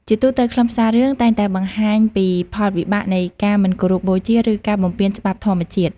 ជាទូទៅ ខ្លឹមសាររឿងតែងតែបង្ហាញពីផលវិបាកនៃការមិនគោរពបូជាឬការបំពានច្បាប់ធម្មជាតិ។